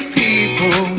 people